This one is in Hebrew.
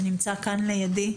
שנמצא כאן לידי,